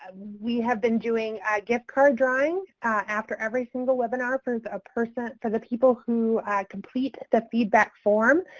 we have been doing gift card drawing after every single webinar for a person, for the people who complete the feedback form.